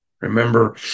Remember